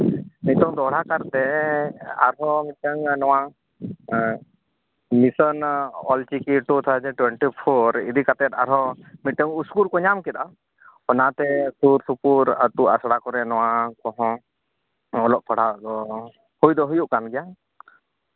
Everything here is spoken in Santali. ᱱᱤᱛᱚᱝ ᱫᱚᱦᱲᱟ ᱠᱟᱨᱛᱮ ᱟᱨᱦᱚᱸ ᱢᱤᱫᱴᱟᱱ ᱱᱚᱣᱟ mission Ol Chiki two thousand twenty four ᱤᱫᱤ ᱠᱟᱛᱮᱫ ᱟᱨᱦᱚᱸ ᱢᱤᱫᱴᱟᱱ ᱩᱥᱠᱩᱨ ᱠᱚ ᱧᱟᱢ ᱠᱮᱫᱟ ᱚᱱᱟᱛᱮ ᱥᱩᱨ ᱥᱩᱯᱩᱨ ᱟᱹᱛᱩ ᱟᱥᱲᱟ ᱠᱚᱨᱮ ᱱᱚᱣᱟ ᱠᱚᱦᱚᱸ ᱚᱞᱚᱜ ᱯᱟᱲᱦᱟᱜ ᱫᱚ ᱦᱩᱭ ᱫᱚ ᱦᱩᱭᱩᱜ ᱠᱟᱱ ᱜᱮᱭᱟ